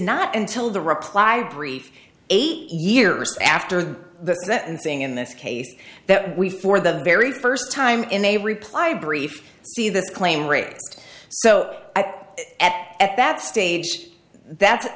not until the reply brief eight years after the that and saying in this case that we for the very first time in a reply brief see the claim raised so at at that stage that